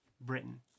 Britain